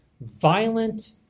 violent